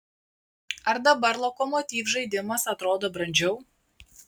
ar dabar lokomotiv žaidimas atrodo brandžiau